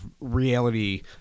reality